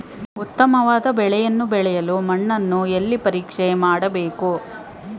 ಉತ್ತಮವಾದ ಬೆಳೆಯನ್ನು ಬೆಳೆಯಲು ಮಣ್ಣನ್ನು ಎಲ್ಲಿ ಪರೀಕ್ಷೆ ಮಾಡಬೇಕು?